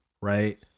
right